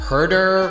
Herder